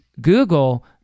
Google